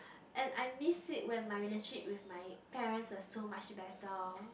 and I miss it when my relationship with my parents are so much better